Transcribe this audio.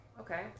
Okay